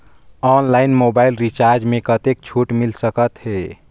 Online mobile recharge मे कतेक छूट मिल सकत हे?